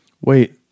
Wait